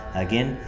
again